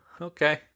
okay